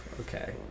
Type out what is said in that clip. Okay